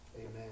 Amen